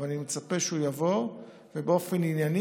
אבל אני מצפה שהוא יבוא ובאופן ענייני